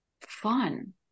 fun